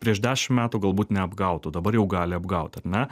prieš dešim metų galbūt neapgautų dabar jau gali apgaut ar ne